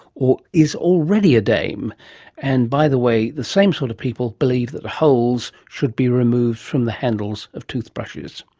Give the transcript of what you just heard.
or is already a dame and by the way, the same sort of people believe that holes should be removed from the handles of toothbrushes.